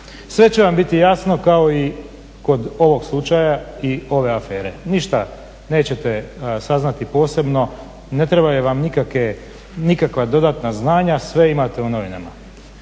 Sve će vam biti jasno kao i kod ovog slučaja i ove afere, ništa nećete saznati posebno, ne trebaju vam nikakva druga dodatna znanja, sve imate u novinama.